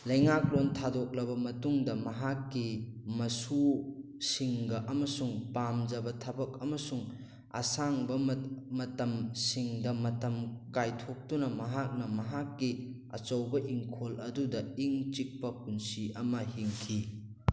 ꯂꯩꯉꯥꯛꯂꯣꯟ ꯊꯥꯗꯣꯛꯂꯕ ꯃꯇꯨꯡꯗ ꯃꯍꯥꯛꯀꯤ ꯃꯁꯨꯁꯤꯡꯒ ꯑꯃꯁꯨꯡ ꯄꯥꯝꯖꯕ ꯊꯕꯛ ꯑꯃꯁꯨꯡ ꯑꯁꯥꯡꯕ ꯃꯇꯝꯁꯤꯡꯗ ꯃꯇꯝ ꯀꯥꯏꯊꯣꯛꯇꯨꯅ ꯃꯍꯥꯛꯅ ꯃꯍꯥꯛꯀꯤ ꯑꯆꯧꯕ ꯏꯪꯈꯣꯜ ꯑꯗꯨꯗ ꯏꯪ ꯆꯤꯛꯄ ꯄꯨꯟꯁꯤ ꯑꯃ ꯍꯤꯡꯈꯤ